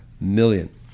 million